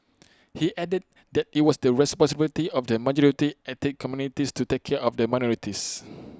he added that IT was the responsibility of the majority ethnic communities to take care of the minorities